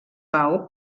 pau